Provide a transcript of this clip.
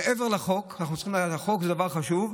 החוק זה דבר חשוב,